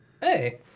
hey